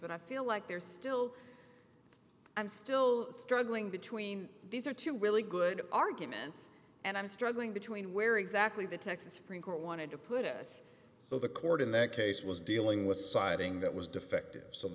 but i feel like there's still i'm still struggling between these are two really good arguments and i'm struggling between where exactly the texas supreme court wanted to put it as though the court in that case was dealing with siding that was defective so